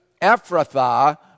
Ephrathah